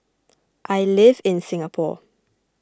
I live in Singapore